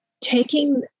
taking